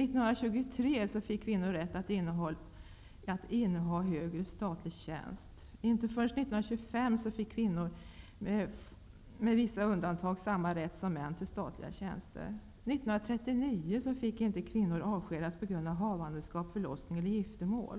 1923 fick kvinnor rätt till att inneha högre statlig tjänst. Inte förrän 1925 fick kvinnor med vissa undantag samma rätt som män till statliga tjänster. År 1939 bestämdes det att kvinnor inte fick avskedas på grund av havandeskap, förlossning och giftermål.